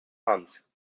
funds